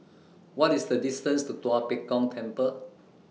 What IS The distance to Tua Pek Kong Temple